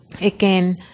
again